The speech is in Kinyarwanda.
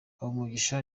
habumugisha